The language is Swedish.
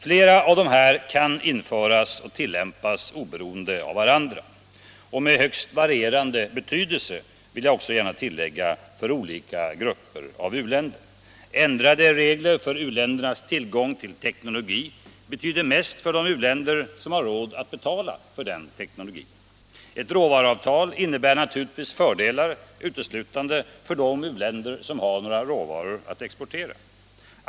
Flera av dessa kan införas och tillämpas oberoende av varandra och med högst varierande betydelse för olika grupper av u-länder. Ändrade regler för u-ländernas tillgång till teknologi betyder mest för de u-länder som har råd att betala för den teknologin. Ett råvaruavtal innebär naturligtvis fördelar uteslutande för de u-länder som har några råvaror att exportera.